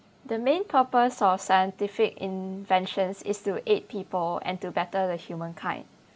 the main purpose of scientific inventions is to aid people and to better the humankind